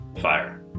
fire